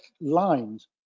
lines